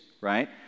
right